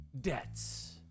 debts